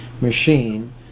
machine